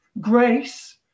Grace